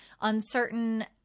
uncertain